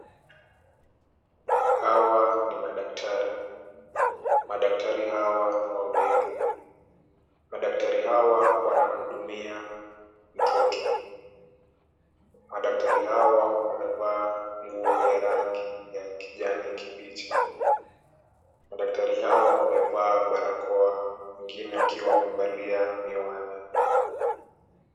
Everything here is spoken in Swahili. Hawa ni madaktari. Madaktari hawa ni wawili. Madaktari hawa wanamhudumia mtoto. Madaktari hawa wamevaa nguo ya rangi ya kijani kibichi. Madaktari hawa wamevaa barakoa mwingine akiwa amevalia miwani.